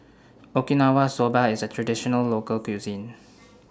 Okinawa Soba IS A Traditional Local Cuisine